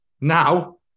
now